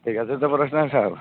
ঠিক আছে তো পড়াশোনা সব